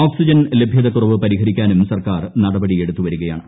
oxygen ലഭൃതകുറവ് പരിഹരിക്കാനും സർക്കാർ നടപടിയെടുത്തുവരികയാണ്